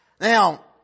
Now